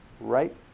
right